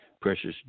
precious